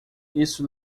isso